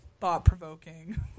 thought-provoking